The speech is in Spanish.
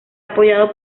apoyado